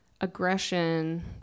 aggression